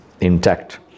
intact